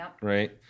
right